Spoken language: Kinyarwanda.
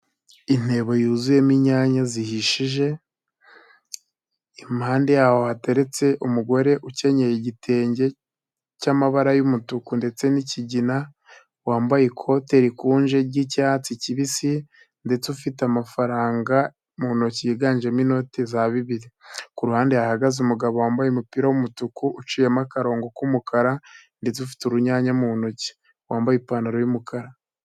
Intego yuzuyemo inyanya zihishije, impande yaho hateretse umugore ukenyeye igitenge cy'amabara y'umutuku ndetse n'ikigina, wambaye ikote rikunje ry'icyatsi kibisi ndetse ufite amafaranga mu ntoki yiganjemo inoti za bibiri. Ku ruhande hahagaze umugabo wambaye umupira w'umutuku uciyemo akarongo k'umukara ndetse ufite urunyanya mu ntoki. Wambaye ipantaro y'umukara.